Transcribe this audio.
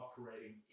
operating